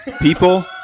people